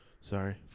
Sorry